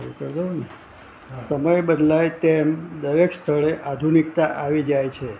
હવે કર દઉને હા સમય બદલાય તેમ દરેક સ્થળે આધુનિકતા આવી જાય છે